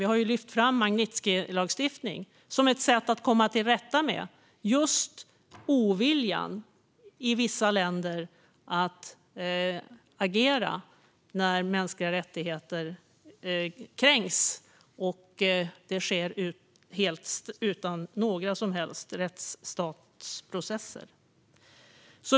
Vi har lyft fram Magnitskijlagstiftningen som ett sätt att komma till rätta med just oviljan i vissa länder att agera när mänskliga rättigheter kränks och det sker helt utan några som helst rättsstatsprocesser.